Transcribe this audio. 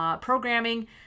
programming